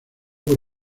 por